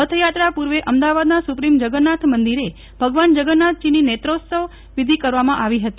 રથયાત્રા પૂર્વે અમદાવાદના સુપ્રિધ્ધ જગન્નાથ મંદિરે ભગવાન જગન્નાથજીની નેત્રોત્સવ વિધિ કરવામાં આવી હતી